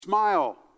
Smile